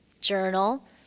journal